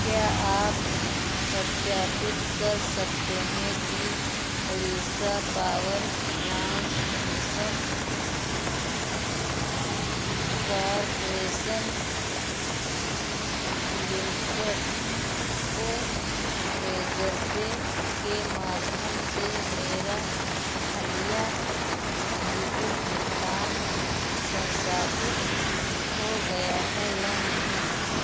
क्या आप सत्यापित कर सकते हैं कि Odisha power transmission corporation limited को रेजर पे के माध्यम से मेरा हालिया बिजली बिल भुगतान संसाधित हो गया है या नहीं